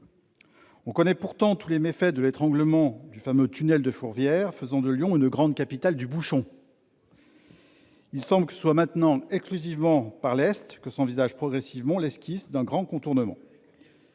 On connaît pourtant tous les méfaits de l'étranglement du fameux tunnel de Fourvière, qui fait de Lyon une grande capitale du bouchon ! Il semble que ce soit maintenant exclusivement par l'est que s'esquisse progressivement un grand contournement